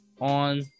on